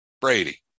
Brady